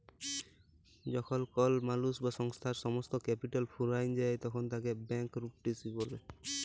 যখল কল মালুস বা সংস্থার সমস্ত ক্যাপিটাল ফুরাঁয় যায় তখল তাকে ব্যাংকরূপটিসি ব্যলে